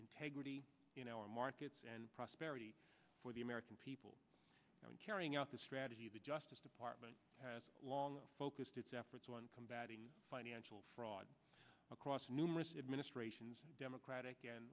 integrity you know our markets and prosperity for the american people in carrying out the strategy the justice department has long focused its efforts one combating financial fraud across numerous administrations democratic and